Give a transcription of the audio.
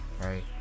right